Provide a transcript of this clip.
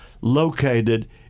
located